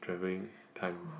travelling time